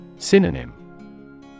Synonym